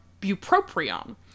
bupropion